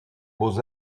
beaux